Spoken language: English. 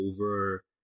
over